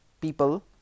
people